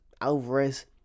Alvarez